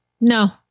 no